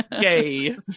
Yay